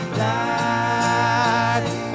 light